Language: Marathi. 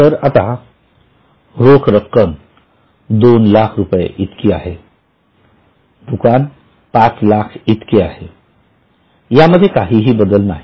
तर आता रोख रक्कम 200000 इतकी आहे दुकान पाच लाख इतके आहे त्यामध्ये काहीही बदल नाही